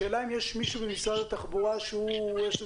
השאלה אם יש מישהו ממשרד התחבורה שיש לו